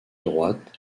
droite